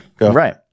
right